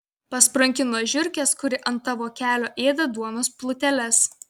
pasprunki nuo žiurkės kuri ant tavo kelio ėda duonos pluteles